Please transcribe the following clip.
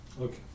Okay